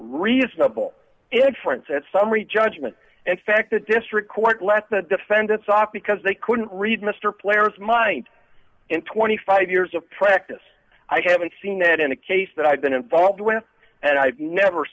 summary judgment and fact the district court left the defendants off because they couldn't read mr player's mind in twenty five years of practice i haven't seen that in a case that i've been involved with and i've never